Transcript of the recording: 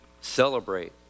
celebrate